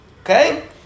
Okay